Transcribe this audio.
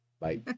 bye